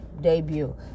debut